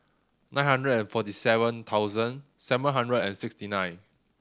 nine hundred and forty seven thousand seven hundred and sixty nine